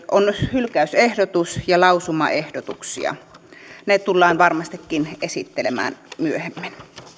on hylkäysehdotus ja lausumaehdotuksia ne tullaan varmastikin esittelemään myöhemmin